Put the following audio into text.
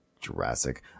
Jurassic